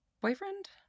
Boyfriend